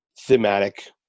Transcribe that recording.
thematic